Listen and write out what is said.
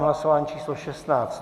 Hlasování číslo 16.